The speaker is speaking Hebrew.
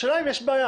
השאלה אם יש בעיה.